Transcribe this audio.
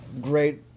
great